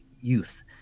youth